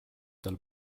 tal